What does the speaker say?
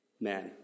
man